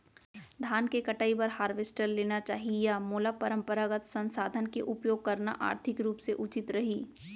धान के कटाई बर हारवेस्टर लेना चाही या मोला परम्परागत संसाधन के उपयोग करना आर्थिक रूप से उचित रही?